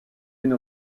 une